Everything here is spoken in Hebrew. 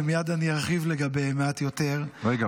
ומייד אני ארחיב לגביהם מעט יותר רגע,